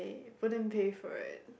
wouldn't pay for it